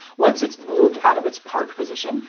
once it's moved out of its park position,